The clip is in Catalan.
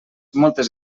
moltes